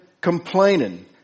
complaining